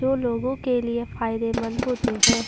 जो लोगों के लिए फायदेमंद होते हैं